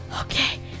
Okay